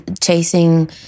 chasing